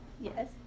Yes